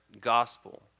gospel